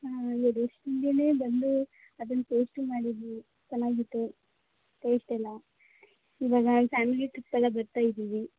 ಹಾಂ ಅಲ್ಲಿ ಬಂದು ಅದನ್ನ ಟೇಸ್ಟೂ ಮಾಡಿದ್ವಿ ಚೆನ್ನಾಗಿತ್ತು ಟೇಸ್ಟೆಲ್ಲ ಇವಾಗ ಫ್ಯಾಮಿಲಿ ಟ್ರಿಪ್ಪೆಲ್ಲ ಬರ್ತಾಯಿದ್ದೀವಿ